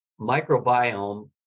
microbiome